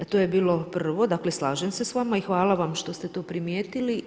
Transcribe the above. To je bilo prvo, dakle slažem se s vama i hvala vam što ste to primijetili.